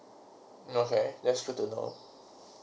okay that's good to know